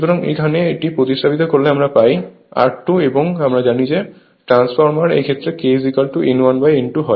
সুতরাং এখানে এটি প্রতিস্থাপিত করলে আমরা পাই R2 এবং আমরা জানি যে ট্রান্সফরমার এর ক্ষেত্রে K N1N2 হয়